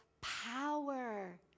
power